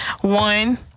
One